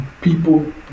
people